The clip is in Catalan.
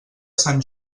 sant